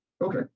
Okay